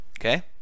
Okay